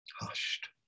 hushed